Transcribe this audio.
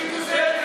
מדינה ערבית כובשת,